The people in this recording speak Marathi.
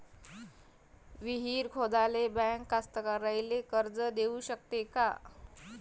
विहीर खोदाले बँक कास्तकाराइले कर्ज देऊ शकते का?